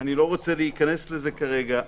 אני לא רוצה להיכנס לזה כרגע,